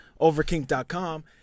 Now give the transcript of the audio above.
Overkink.com